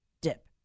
dip